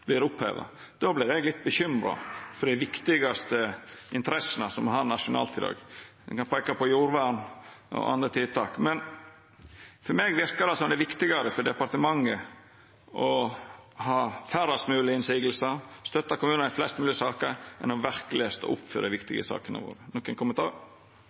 oppheva, då vert eg litt bekymra for dei viktigaste interessene som me har nasjonalt i dag. Ein kan peika på jordvern og andre tiltak. For meg verkar det som det er viktigare for departementet å ha færrast mogleg motsegner og støtta kommunar i flest mogleg saker enn verkeleg å stå opp for dei